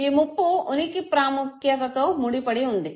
ఈ ముప్పు ఉనికి ప్రాముఖ్యతతో ముడిపడి ఉంది